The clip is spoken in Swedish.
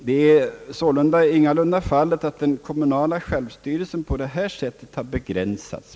Det är sålunda icke alls så att den kommunala självstyrelsen begränsas genom detta.